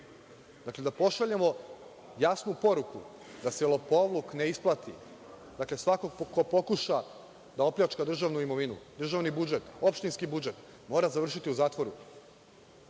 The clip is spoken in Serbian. Dakle, da pošaljemo jasnu poruku da se lopovluk ne isplati. Dakle, svako ko pokuša da opljačka državnu imovinu, državni budžet, opštinski budžet, mora završiti u zatvoru. Još